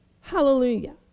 Hallelujah